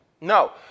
No